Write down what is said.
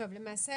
למעשה